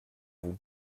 vous